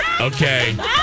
Okay